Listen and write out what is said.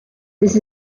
this